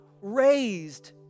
raised